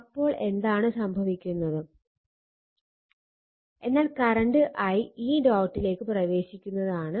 അപ്പോൾ എന്താണ് സംഭവിക്കുക എന്നാൽ കറണ്ട് i ഈ ഡോട്ടിലേക്ക് പ്രവേശിക്കുന്നതാണ്